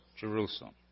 Jerusalem